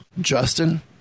Justin